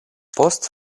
post